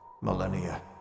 Millennia